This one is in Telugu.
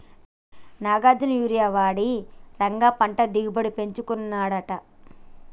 నాగార్జున యూరియా వాడి రఘు పంట దిగుబడిని పెంచుకున్నాడట